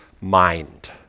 mind